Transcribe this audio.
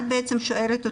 אני מתנצלת אם לא הובנתי.